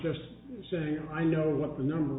just saying i know what the number